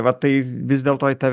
va tai vis dėl to į tą